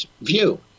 view